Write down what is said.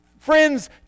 Friends